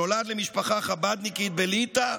שנולד למשפחה חב"דניקית בליטא,